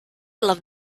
love